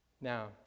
Now